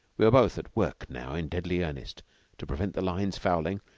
we were both at work now in deadly earnest to prevent the lines fouling,